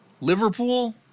Liverpool